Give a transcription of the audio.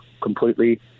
completely